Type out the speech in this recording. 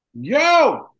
yo